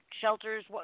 shelters